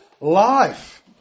life